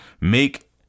Make